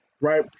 right